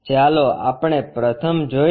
ચાલો આપણે પ્રથમ જોઈએ